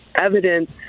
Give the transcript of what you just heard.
evidence